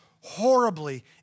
horribly